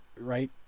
Right